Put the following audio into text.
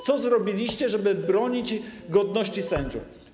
Co zrobiliście, żeby bronić godności sędziów?